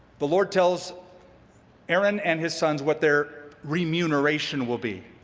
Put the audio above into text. the lord tells aaron and his sons what their remuneration will be.